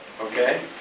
okay